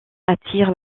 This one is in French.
attire